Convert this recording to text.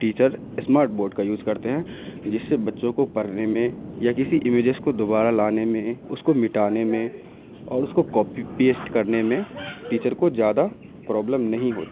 teacher smart board کا use کرتے ہیں جس سے بچوں کو پرھنے میں یا کسی ایمیجس کو دوبارہ لانے میں اس کو مٹانے میں اور اس کو کاپی پیسٹ کرنے میں ٹیچر کو زیادہ پرابلم نہیں ہوتی